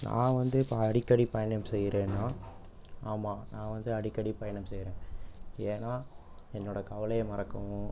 நான் வந்து இப்போ அடிக்கடி பயணம் செய்கிறேன்னா ஆமாம் நான் வந்து அடிக்கடி பயணம் செய்கிறேன் ஏன்னா என்னோட கவலையை மறக்கவும்